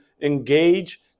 engage